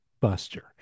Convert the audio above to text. buster